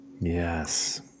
Yes